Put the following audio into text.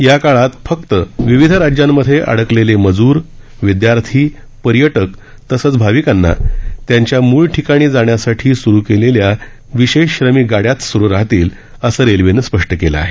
या काळात फक्त विविध राज्यांमध्ये अडकलेले मजूर विद्यार्थी पर्यटक तसंच भाविकांना त्यांच्या मूळ ठिकाणी जाण्यासाठी सुरु केलेल्या विशेष श्रमीक गाड्याच सुरु राहतील असं रेल्वेनं स्पष्ट केलं आहे